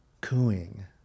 cooing